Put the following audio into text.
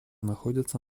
находятся